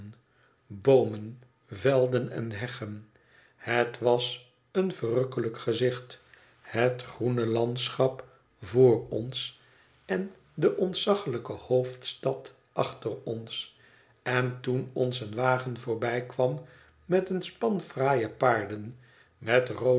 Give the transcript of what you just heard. boomen velden en heggen het was een verrukkelijk gezicht het groene landschap voor ons on de ontzaglijke hoofdstad achter ons en toen ons een wagen voorbijkwam met een span fraaie paarden met